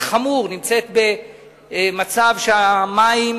נמצאת במצב חמור שבו המים